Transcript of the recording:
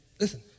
listen